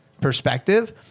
perspective